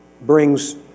brings